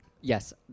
yes